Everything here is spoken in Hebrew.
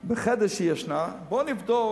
לחדר שהיא ישנה, נבדוק